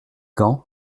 gants